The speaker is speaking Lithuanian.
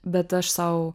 bet aš sau